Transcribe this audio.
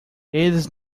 eles